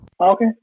Okay